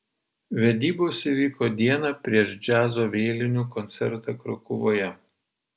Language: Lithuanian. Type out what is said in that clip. vedybos įvyko dieną prieš džiazo vėlinių koncertą krokuvoje